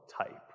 type